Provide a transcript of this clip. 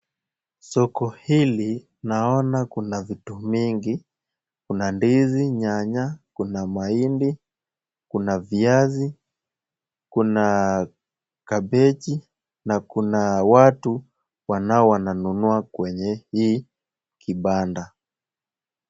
Soko hili naona kuna vitu mingi. Kuna ndizi, nyanya, kuna mahindi, kuna viazi, kuna kabeji na kuna watu wanao wananunua kwenye hii kibanda.